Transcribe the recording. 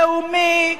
לאומי,